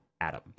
Adam